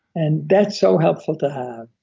and that's so helpful to have.